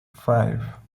five